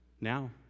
Now